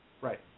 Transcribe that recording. Right